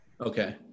okay